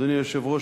אדוני היושב-ראש,